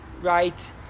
right